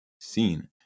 scene